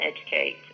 educate